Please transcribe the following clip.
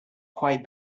quite